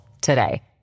today